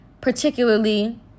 particularly